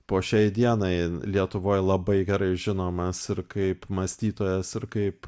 po šiai dienai lietuvoj labai gerai žinomas ir kaip mąstytojas ir kaip